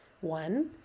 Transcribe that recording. One